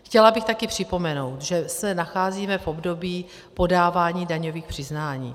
Chtěla bych také připomenout, že se nacházíme v období podávání daňových přiznání.